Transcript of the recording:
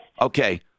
Okay